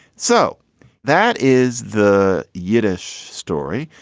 so that is the yiddish story.